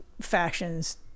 factions